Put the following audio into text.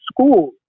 school